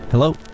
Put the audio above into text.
Hello